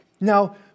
Now